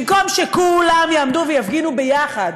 במקום שכולם יעמדו ויפגינו ביחד.